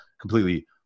completely